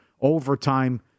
overtime